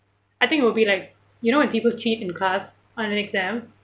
I think it will be like you know when people cheat in class or in an exam